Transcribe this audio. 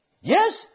Yes